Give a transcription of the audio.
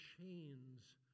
chains